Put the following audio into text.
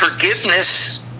Forgiveness